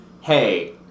hey